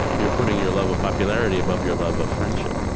you're putting your love of popularity above your love of friendship,